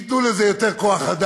ייתנו לזה יותר כוח-אדם,